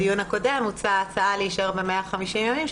בדיון הקודם הוצעה הצעה להישאר ב-150 ימים,